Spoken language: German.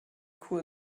kuh